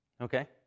okay